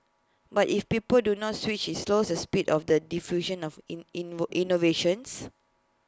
but if people do not switch IT slows the speed of the diffusion of in in innovations